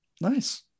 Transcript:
Nice